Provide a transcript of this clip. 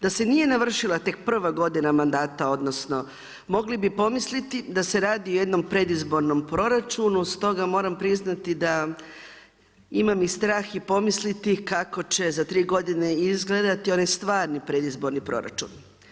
Da se nije navršila tek prva godina mandat, odnosno, mogli bi pomisliti, da se radi o jednom predizbornom proračunu, stoga moram priznati, da imam i strah i pomisliti, kako će za 3 g. izgledati onaj stvarni predizborni proračun.